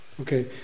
Okay